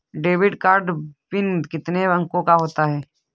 Debit card pin कितने अंकों का होता है?